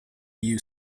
you